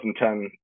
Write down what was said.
2010